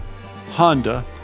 Honda